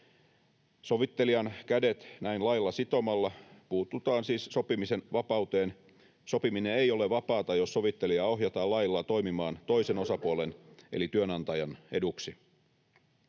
Sovittelijan kädet näin lailla sitomalla puututaan siis sopimisen vapauteen. Sopiminen ei ole vapaata, jos sovittelijaa ohjataan lailla toimimaan toisen osapuolen eli työnantajan eduksi.